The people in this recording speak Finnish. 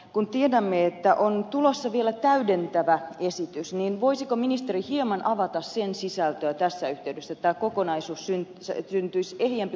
kun tiedämme että on tulossa vielä täydentävä esitys niin voisiko ministeri hieman avata sen sisältöä tässä yhteydessä että syntyisi ehjempi kuva tästä kokonaisuudesta